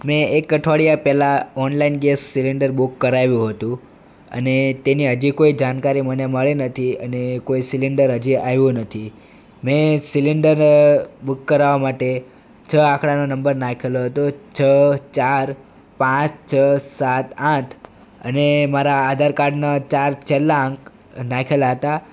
મેં એક અઠવાડિયા પહેલાં ઓનલાઈન ગેસ સિલિન્ડર બુક કરાવ્યું હતું અને તેની હજી કોઈ જાણકારી મને મળી નથી અને કોઈ સિલિન્ડર હજી આવ્યું નથી મેં સિલિન્ડર બુક કરાવવા માટે છ આંકડાનો નંબર નાખેલો હતો છ ચાર પાંચ છ સાત આઠ અને મારા આધાર કાર્ડના ચાર છેલા આંક નાખેલા હતા